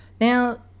Now